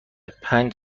پنج